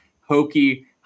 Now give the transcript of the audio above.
hokey